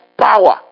power